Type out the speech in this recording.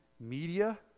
media